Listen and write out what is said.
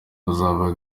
uzaba